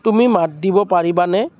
তুমি মাত দিব পাৰিবানে